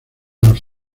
los